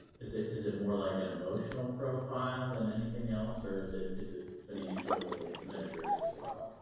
is it is it more like an emotional profile than anything else, or is it is it financial measures as well?